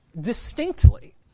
distinctly